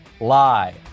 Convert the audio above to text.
lie